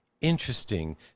interesting